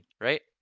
right